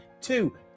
two